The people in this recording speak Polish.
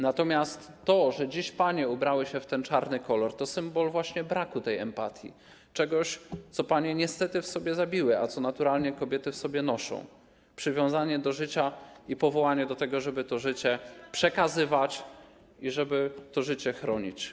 Natomiast to, że dziś panie ubrały się w ten czarny kolor, to symbol właśnie braku tej empatii, czegoś, co panie niestety w sobie zabiły, a co naturalnie kobiety w sobie noszą: przywiązanie do życia i powołanie do tego, żeby to życie przekazywać i żeby to życie chronić.